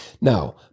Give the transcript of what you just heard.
Now